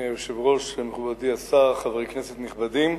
כבוד היושב-ראש, מכובדי השר, חברי כנסת נכבדים,